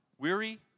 weary